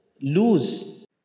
lose